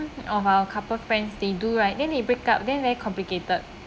of our couple friends they do right then they break up then very complicated